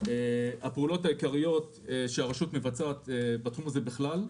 הפעולות העיקריות שהרשות מבצעת בתחום הזה בכלל,